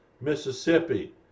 Mississippi